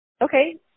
Okay